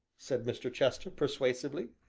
said mr. chester persuasively,